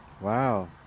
Wow